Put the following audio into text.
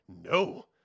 No